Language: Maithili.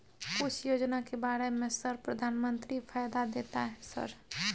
कुछ योजना के बारे में सर प्रधानमंत्री फायदा देता है सर?